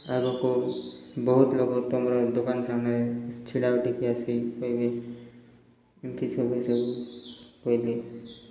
ଆଗକୁ ବହୁତ ଲୋକ ତମର ଦୋକାନ ସାମ୍ନାରେ ଛିଡ଼ା ହେବେ ଟିକେ ଆସି କହିବେ ଏମିତି ସବୁ ସବୁ କହିଲେ